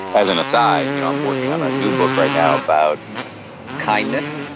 as and a side, you know i'm working on a new book right now about kindness,